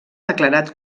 declarat